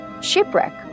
Shipwreck